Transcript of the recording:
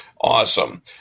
Awesome